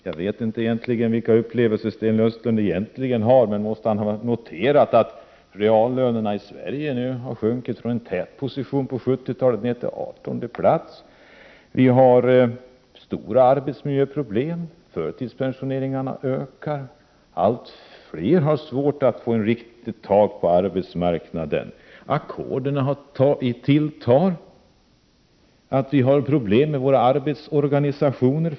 Jag vet inte vilka upplevelser han har, men han måste ha noterat att reallönerna i Sverige har sjunkit från en tätposition på 70-talet ned till artonde plats. Det finns stora arbetsmiljöproblem. Förtidspensioneringarna ökar. Allt fler har svårt att få ett riktigt tag på arbetsmarknaden. Ackorden tilltar. Det är problem med arbetsorganisationerna.